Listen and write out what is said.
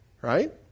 Right